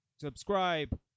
subscribe